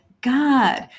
God